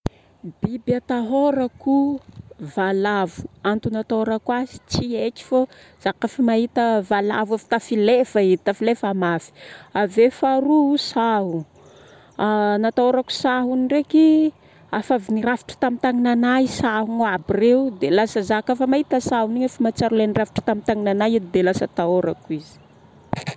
Biby atahôrako, valavo. Antony atahôrako azy tsy haiky fô za ka fa mahita valavo efa tafilefa edy, tafilefa mafy aveo faharoa sahogno, natahôrako sahogno ndreky, afavy nirafotro tamin tagnana nahy sahôgno aby reo, de lasa zaho ka fa mahita sahôgno igny efa mahatsiaro lai nirafitry tamin tagnana nahy edy de lasa atahôrako izy.